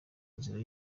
nzira